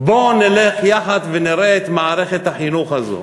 בוא נלך יחד ונראה את מערכת החינוך הזאת.